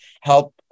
help